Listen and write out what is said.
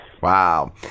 Wow